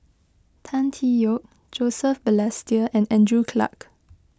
Tan Tee Yoke Joseph Balestier and Andrew Clarke